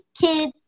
kid